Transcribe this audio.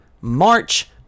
March